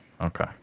Okay